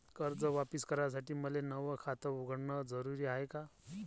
कर्ज वापिस करासाठी मले नव खात उघडन जरुरी हाय का?